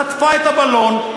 חטפה את הבלון,